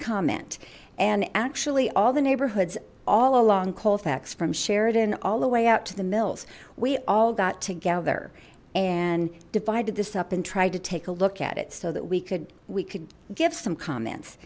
comment and actually all the neighborhoods all along colfax from sheridan all the way out to the mills we all got together and divided this up and tried to take a look at it so that we could we could give some comments